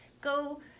go